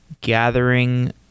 gathering